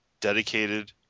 dedicated